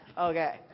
Okay